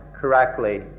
correctly